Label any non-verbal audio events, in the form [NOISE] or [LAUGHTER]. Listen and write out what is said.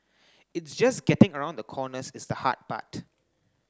it's just getting [NOISE] around the corners is the hard part